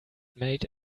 made